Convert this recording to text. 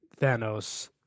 Thanos